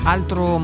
Altro